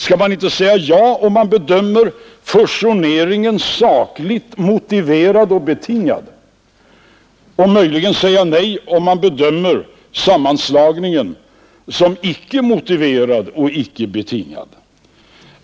Skall man inte säga ja om man bedömer fusioneringen som sakligt motiverad och betingad och möjligen säga nej om man bedömer sammanslagningen som icke motiverad och icke sakligt betingad?